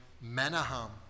Menahem